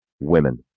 Women